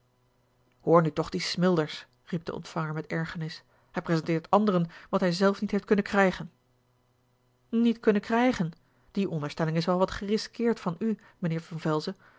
nu toch dien smilders riep de ontvanger met ergernis hij presenteert anderen wat hij zelf niet heeft kunnen krijgen niet kunnen krijgen die onderstelling is wel wat gerisqueerd van u mijnheer van velzen